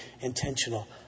intentional